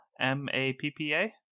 M-A-P-P-A